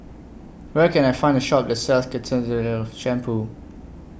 Where Can I Find A Shop that sells Ketoconazole Shampoo